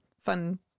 fun